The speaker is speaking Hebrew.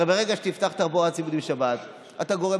הרי ברגע שתפתח תחבורה ציבורית בשבת אתה גורם